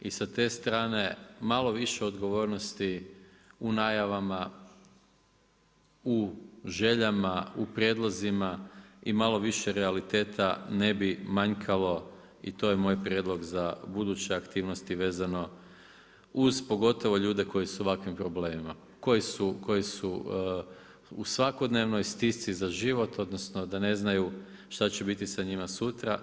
I sa te strane malo više odgovornosti u najavama u željama, u prijedlozima i malo više realiteta ne bi manjkalo i to je moj prijedlog za buduće aktivnosti vezano uz pogotovo ljude koji su u ovakvim problemima, koji su u svakodnevnoj stisci za život, odnosno da ne znaju šta će biti sa njima sutra.